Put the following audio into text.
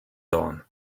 dawn